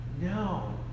No